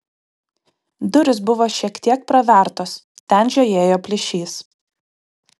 durys buvo šiek tiek pravertos ten žiojėjo plyšys